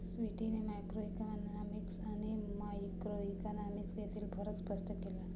स्वीटीने मॅक्रोइकॉनॉमिक्स आणि मायक्रोइकॉनॉमिक्स यांतील फरक स्पष्ट केला